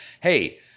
Hey